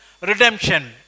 redemption